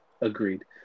Agreed